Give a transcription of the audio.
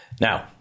Now